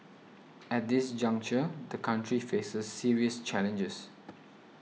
at this juncture the country faces serious challenges